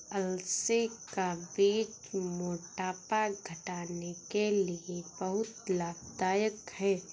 अलसी का बीज मोटापा घटाने के लिए बहुत लाभदायक है